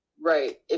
Right